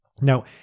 Now